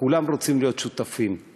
כולם רוצים להיות שותפים,